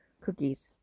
cookies